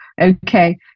okay